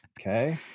okay